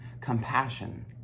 Compassion